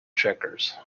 checkers